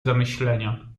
zamyślenia